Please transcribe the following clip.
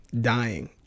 dying